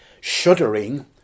shuddering